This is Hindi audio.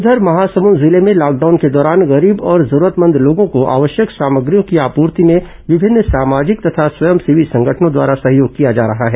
इधर महासमंद जिले में लॉकडाउन के दौरान गरीब और जरूरतमंद लोगों को आवश्यक सामग्रियों की आपूर्ति में विभिन्न ॅसामाजिक तथा स्वयंसेवी संगठनों द्वारा सहयोग किया जा रहा है